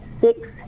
six